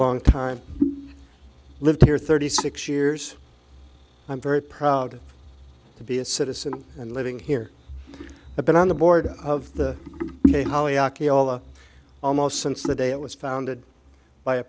long time lived here thirty six years i'm very proud to be a citizen and living here i've been on the board of the hollyhock eola almost since the day it was founded by a